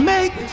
Make